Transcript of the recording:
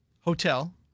Hotel